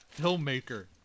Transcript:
filmmaker